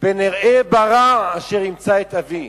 פן אראה ברע אשר ימצא את אבי".